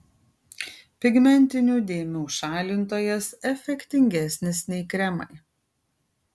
pigmentinių dėmių šalintojas efektingesnis nei kremai